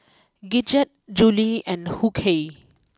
Gidget Julie and Hughey